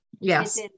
yes